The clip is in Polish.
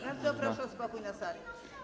Bardzo proszę o spokój na sali.